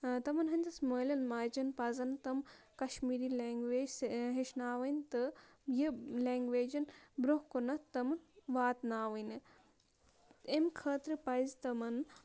تِمَن ہٕنٛدِس مٲلیٚن ماجٮ۪ن پَزَن تِم کَشمیٖری لینٛگویج ہیٚچھناوٕنۍ تہٕ یہِ لینٛگویجن برونٛہہ کُنَتھ تِمَن واتناوٕنۍ مہِ خٲطرٕ پَزِ تِمَن